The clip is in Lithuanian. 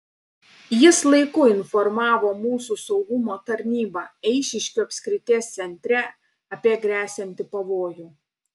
jis laiku informavo mūsų saugumo tarnybą eišiškių apskrities centre apie gresianti pavojų